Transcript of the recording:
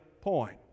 point